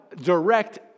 direct